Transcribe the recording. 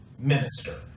minister